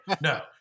No